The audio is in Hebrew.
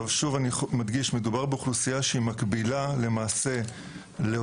אני מדגיש שמדובר באוכלוסייה שמקבילה לאותם